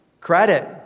credit